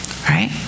right